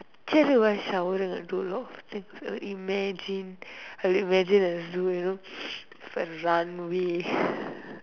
actually while I showering I do a lot of things imagine I imagine a zoo you know runway